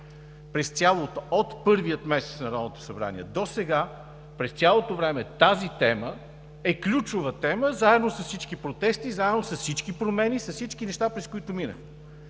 От първия месец на Народното събрание досега, през цялото време тази тема е ключова, заедно с всички протести, заедно с всички промени, с всички неща, през които мина.